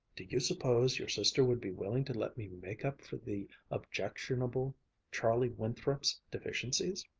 do you suppose your sister would be willing to let me make up for the objectionable charlie winthrop's deficiences?